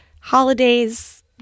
Holidays